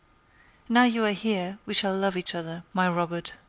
now you are here we shall love each other, my robert.